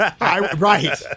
Right